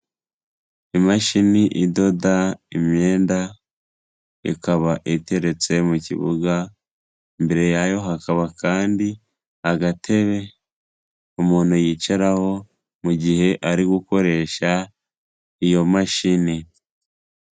Imashini idoda imyenda ikaba iteretse mu kibuga, imbere yayo hakaba kandi agatebe umuntu yicaraho mu gihe ari gukoresha iyo mashini.